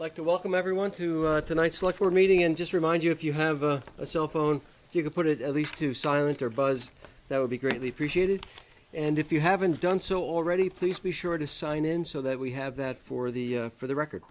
like to welcome everyone to tonight's like we're meeting in just remind you if you have a cell phone you can put it at least to silent or buzz that would be greatly appreciated and if you haven't done so already please be sure to sign in so that we have that for the for the record